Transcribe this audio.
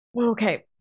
Okay